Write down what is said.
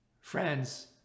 Friends